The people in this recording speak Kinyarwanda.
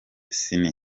ciney